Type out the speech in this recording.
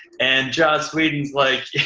and joss whedon's like, yeah,